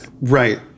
Right